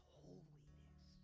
holiness